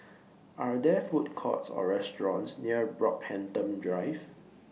Are There Food Courts Or restaurants near Brockhampton Drive